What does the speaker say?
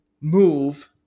move